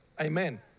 amen